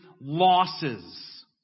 losses